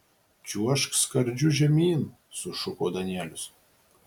čiuožk skardžiu žemyn sušuko danielius